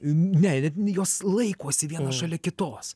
ne jos laikosi viena šalia kitos